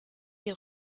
die